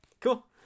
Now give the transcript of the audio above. Cool